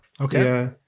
Okay